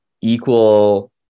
equal